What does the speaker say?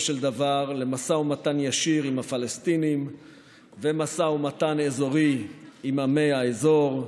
של דבר למשא ומתן ישיר עם הפלסטינים ומשא ומתן אזורי עם עמי האזור,